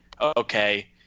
okay